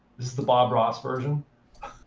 this is the bob ross version.